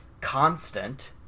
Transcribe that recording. constant